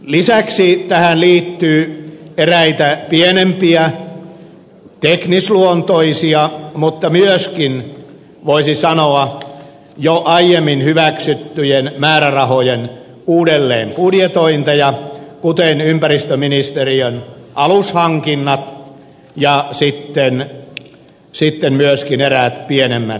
lisäksi tähän liittyy eräitä pienempiä teknisluontoisia mutta myöskin voisi sanoa jo aiemmin hyväksyttyjen määrärahojen uudelleenbudjetointeja kuten ympäristöministeriön alushankinnat ja sitten myöskin eräät pienemmät määrärahat